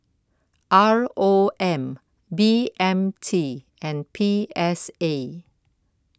R O M B M T and P S A